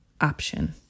option